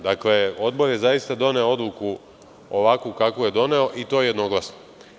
Dakle, Odbor je zaista doneo odluku ovakvu kakvu je doneo i to jednoglasno.